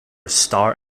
starr